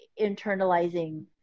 internalizing